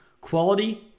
Quality